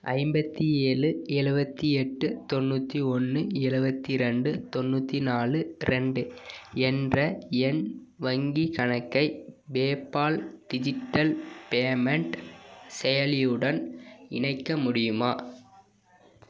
ஐம்பத்தி ஏழு எழுபத்தி எட்டு தொண்ணூற்றி ஒன்று எழுபத்தி ரெண்டு தொண்ணூற்றி நாலு ரெண்டு என்ற என் வங்கிக் கணக்கை பேபால் டிஜிட்டல் பேமெண்ட் செயலியுடன் இணைக்க முடியுமா